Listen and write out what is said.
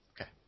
Okay